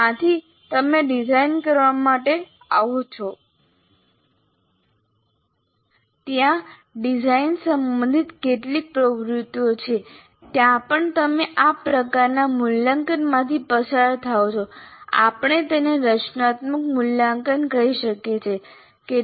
ત્યાંથી તમે ડિઝાઇન કરવા માટે આવો છો ત્યાં ડિઝાઇન સંબંધિત કેટલીક પ્રવૃત્તિઓ છે ત્યાં પણ તમે આ પ્રકારના મૂલ્યાંકનમાંથી પસાર થાવ છો આપણે તેને રચનાત્મક મૂલ્યાંકન કહી શકીએ છીએ